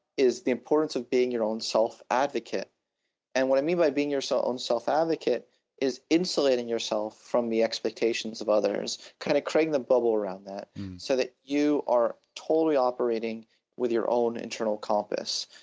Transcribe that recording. is the importance of being your own self advocate and what i mean by being your so own self advocate is insulating yourself from the expectations of others, kind of creating a bubble around that so that you are totally operating with your own internal compass,